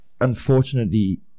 unfortunately